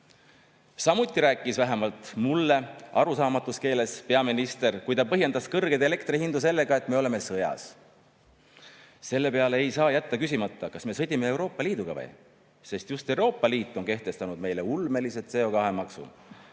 Samuti rääkis arusaamatus keeles – vähemalt mulle – peaminister, kui ta põhjendas kõrgeid elektrihindu sellega, et me oleme sõjas. Selle peale ei saa jätta küsimata, kas me sõdime Euroopa Liiduga? Just Euroopa Liit on kehtestanud meile ulmelise CO2-maksu,